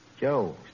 Joe